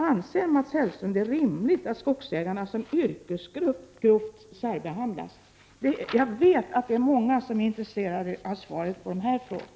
Anser Mats Hellström det rimligt att skogsägarna som yrkesgrupp grovt särbehandlas? Jag vet att många är intresserade av svaret på dessa frågor.